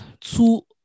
two